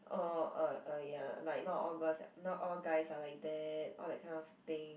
oh uh ya like not all guys not all guys are like that all that kind of thing